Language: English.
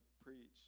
preach